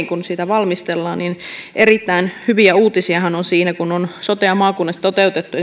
kun sitä valmistellaan erittäin hyviä uutisiahan on siitä kun on sotea maakunnissa toteutettu